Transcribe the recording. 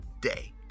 day